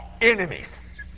enemies